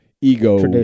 ego